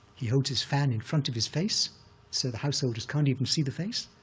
he holds his fan in front of his face so the householders can't even see the face.